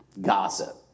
gossip